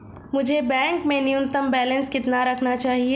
मुझे बैंक में न्यूनतम बैलेंस कितना रखना चाहिए?